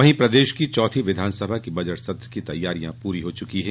वहीं प्रदेश की चौथी विधानसभा के बजट सत्र की तैयारियां पूरी हो चुकी हैं